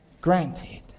granted